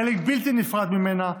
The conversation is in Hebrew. חלק בלתי נפרד ממנה.